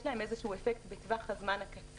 יש להם איזה אפקט בטווח הזמן הקצר,